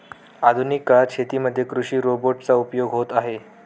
आधुनिक काळात शेतीमध्ये कृषि रोबोट चा उपयोग होत आहे